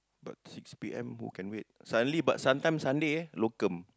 but six P_M who can wait suddenly but sometime Sunday eh locum